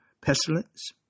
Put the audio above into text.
pestilence